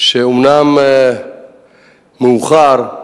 אומנם מאוחר,